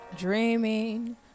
dreaming